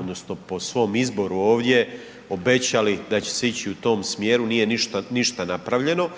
odnosno po svom izboru ovdje obećali da će se ići u tom smjeru. Nije ništa napravljeno,